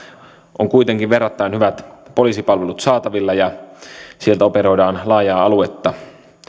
on kuitenkin verrattain hyvät poliisipalvelut saatavilla ja sieltä operoidaan laajaa aluetta